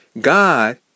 God